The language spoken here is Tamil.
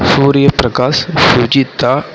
சூர்யபிரகாஷ் சுஜிதா